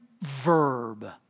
verb